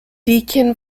deakin